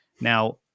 Now